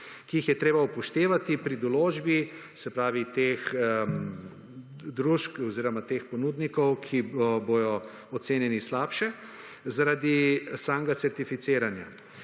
ki jih je treba upoštevati pri določbi, se pravi, teh družb oziroma teh ponudnikov, ki bodo ocenjeni slabše zaradi samega certificiranja.